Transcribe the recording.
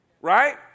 right